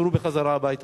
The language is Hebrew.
תחזרו חזרה הביתה,